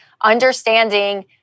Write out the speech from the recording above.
understanding